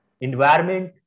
environment